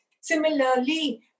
Similarly